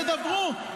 אבל תדברו.